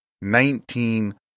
nineteen